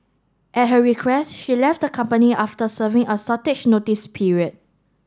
at her request she left the company after serving a shortage notice period